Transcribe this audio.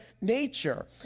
nature